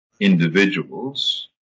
individuals